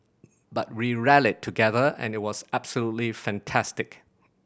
but we rallied together and it was absolutely fantastic